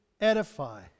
edify